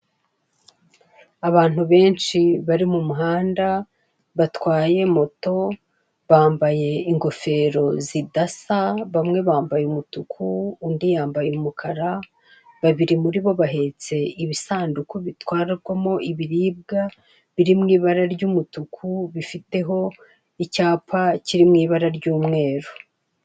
Abantu benshi bari mu muhanda batwaye moto bambaye ingofero zidasa bamwe bambaye umutuku undi yambaye umukara babiri muri bo bahetse ibisanduku bitwarwamo ibiribwa biri mu ibara ry'umutuku bifiteho icyapa kiri mu ibara ry'umweru.